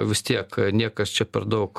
vis tiek niekas čia per daug